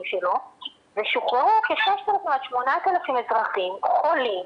שלו ושוחררו כ-6,000-8,000 חולים.